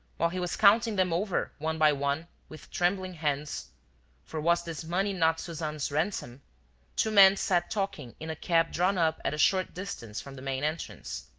while he was counting them over, one by one, with trembling hands for was this money not suzanne's ransom two men sat talking in a cab drawn up at a short distance from the main entrance.